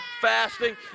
Fasting